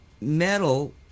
metal